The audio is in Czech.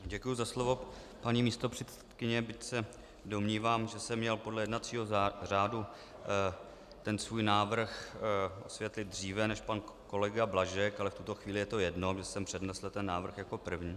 Děkuji za slovo, paní místopředsedkyně, byť se domnívám, že jsem měl podle jednacího řádu svůj návrh vysvětlit dříve než pan kolega Blažek, ale v tuto chvíli je to jedno, i když jsem přednesl ten návrh jako první.